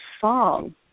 song